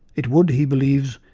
it would, he believes,